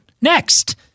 Next